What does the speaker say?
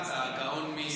השר כץ, הגאון מווילנה.